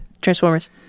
Transformers